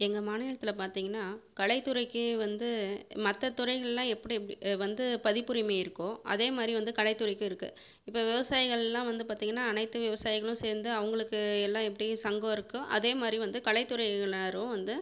எங்கள் மாநிலத்தில் பார்த்தீங்கன்னா கலைத் துறைக்கு வந்து மற்ற துறைகளெலாம் எப்படி எப்படி வந்து பதிப்புரிமை இருக்கோ அதே மாதிரி வந்து கலைத் துறைக்கும் இருக்குது இப்போ விவசாயிகளெலாம் வந்து பார்த்தீங்கன்னா அனைத்து விவசாயிகளும் சேர்ந்து அவர்களுக்கு எல்லாம் எப்படி சங்கம் இருக்கோ அதே மாதிரி வந்து கலைத் துறைகளினரும் வந்து